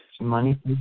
Money